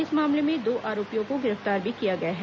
इस मामले में दो आरोपियों को भी गिरफ्तार किया गया है